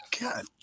God